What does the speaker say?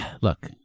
Look